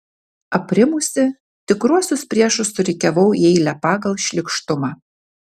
aprimusi tikruosius priešus surikiavau į eilę pagal šlykštumą